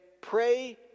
pray